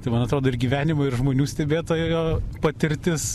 tai man atrodo ir gyvenimo ir žmonių stebėtojo patirtis